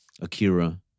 Akira